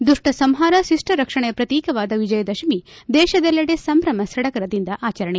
ದುಷ್ಷ ಸಂಹಾರ ಶಿಷ್ಪ ರಕ್ಷಣೆಯ ಪ್ರತೀಕವಾದ ವಿಜಯದಶಮಿ ದೇಶದೆಲ್ಲೆಡೆ ಸಂಭ್ರಮ ಸಡಗರದಿಂದ ಆಚರಣೆ